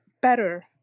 better